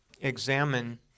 examine